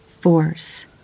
force